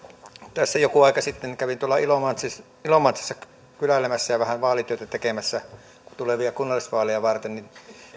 tässä joku aika sitten kun kävin tuolla ilomantsissa ilomantsissa kyläilemässä ja vähän vaalityötä tekemässä tulevia kunnallisvaaleja varten niin